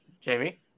Jamie